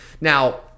Now